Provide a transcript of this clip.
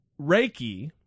Reiki